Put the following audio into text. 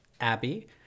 Abby